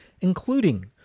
including